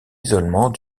isolement